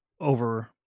over